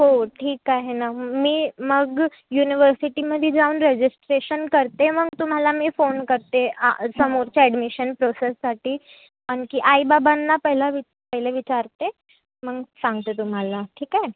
हो ठीक आहे ना मी मग युनिव्हर्सिटीमध्ये जाऊन रजिस्ट्रेशन करते मग तुम्हाला मी फोन करते समोरच्या ॲडमिशन प्रोसेससाठी आणखी आई बाबांना पहिलं विच पहिले विचारते मग सांगते तुम्हाला ठीक आहे